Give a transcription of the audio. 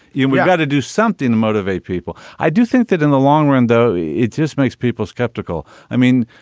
you know, and we've got to do something to motivate people. i do think that in the long run, though, it just makes people skeptical. i mean,